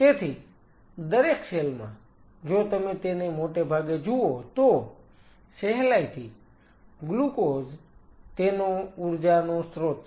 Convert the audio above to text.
તેથી દરેક સેલ માં જો તમે તેને મોટે ભાગે જુઓ તો સહેલાઈથી ગ્લુકોઝ તેનો ઉર્જાનો સ્રોત છે